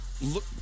Look